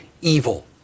evil